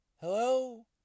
hello